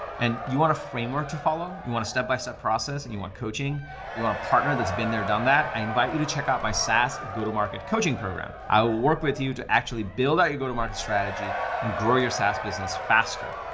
and you want a framework to follow. you want a step-by-step process and you want coaching and you want a partner that's been there, done that. i invite you to check out my sas, go-to-market coaching program. i will work with you to actually build out your go-to-market strategy and grow your sas business faster.